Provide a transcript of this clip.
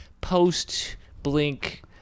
post-blink